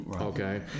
Okay